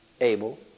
able